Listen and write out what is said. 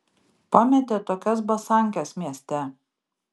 pametė tokias basankes mieste